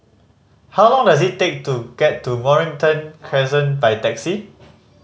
how long does it take to get to Mornington Crescent by taxi